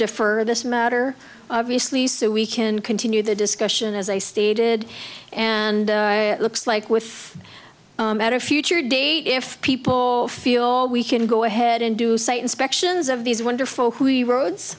defer this matter obviously so we can continue the discussion as i stated and it looks like with a future date if people feel we can go ahead and do site inspections of these wonderful who roads